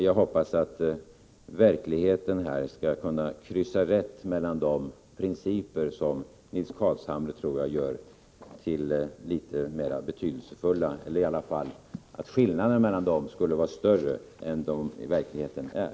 Jag hoppas verkligheten här skall kunna kryssa rätt mellan principerna; jag tror att Nils Carlshamre gör skillnaderna mellan dem större än de verkligen är.